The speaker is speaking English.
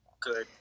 Good